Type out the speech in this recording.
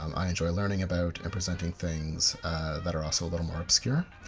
um i enjoy learning about and presenting things that are ah so a little more obscure.